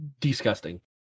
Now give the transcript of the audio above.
disgusting